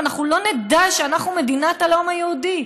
ואנחנו לא נדע שאנחנו מדינת הלאום היהודי.